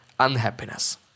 unhappiness